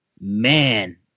Man